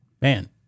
Man